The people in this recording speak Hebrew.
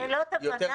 נכון, שאלות הבנה.